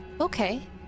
Okay